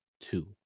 two